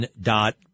dot